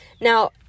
now